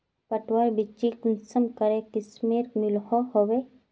पटवार बिच्ची कुंसम करे किस्मेर मिलोहो होबे?